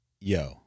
Yo